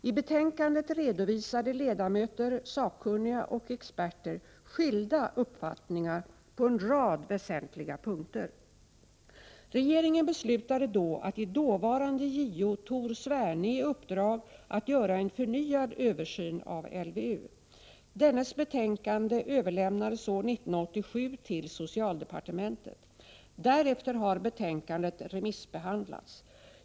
I betänkandet redovisade ledamöter, sakkunniga och experter skilda uppfattningar på en rad väsentliga punkter. Regeringen beslutade då att ge dåvarande JO Tor Sverne i uppdrag att göra en förnyad översyn av LVU. Dennes betänkande överlämnades år 1987 till socialdepartementet. Därefter har betänkandet remissbehandlats.